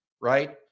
right